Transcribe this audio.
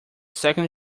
second